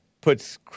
Puts